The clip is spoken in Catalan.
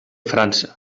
frança